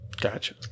Gotcha